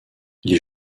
les